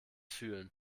fühlen